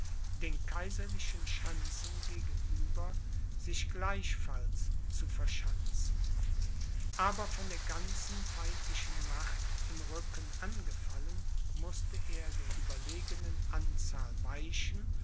den kaiserlichen schanzen gegenüber sich gleichfalls zu verschanzen aber von der ganzen feindlichen macht im rücken angefallen mußte er der überlegenen anzahl weichen